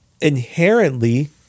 inherently